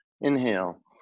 Inhale